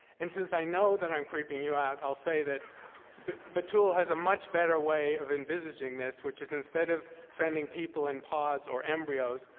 and since i know that i'm creeping you out, i'll say that but but betul ah has a much better way of envisaging this, which is instead of sending people in pods or embryos,